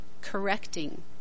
correcting